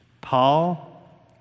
Paul